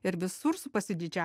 ir visur su pasididžia